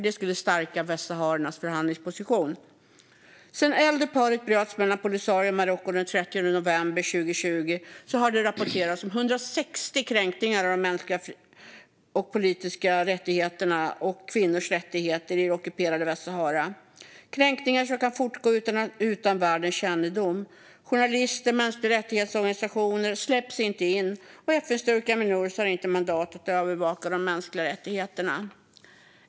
Det skulle stärka västsahariernas förhandlingsposition. Sedan eldupphöret bröts mellan Polisario och Marocko den 13 november 2020 har det rapporterats om 160 kränkningar av de mänskliga och politiska rättigheterna och kvinnors rättigheter i det ockuperade Västsahara. Det är kränkningar som kan fortgå utan världens kännedom. Journalister och organisationer för mänskliga rättigheter släpps inte in, och FN-styrkan Minurso har inte mandat att övervaka de mänskliga rättigheterna.